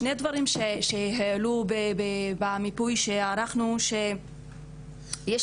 שני דברים שעלו במיפוי שערכנו הם שיש